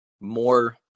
more